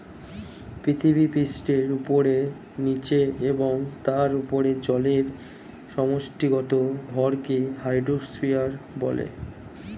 পৃথিবীপৃষ্ঠের উপরে, নীচে এবং তার উপরে জলের সমষ্টিগত ভরকে হাইড্রোস্ফিয়ার বলে